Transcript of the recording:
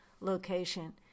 location